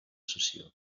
sessió